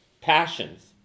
passions